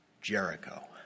Jericho